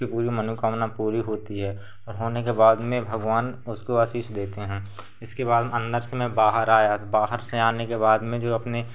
उसकी कोई भी मनोकामना पूरी होती है और होने के बाद में भगवान उसको आशीष देते हैं इसके बाद में अन्दर से मैं बाहर आया तो बाहर से आने के बाद में जो अपने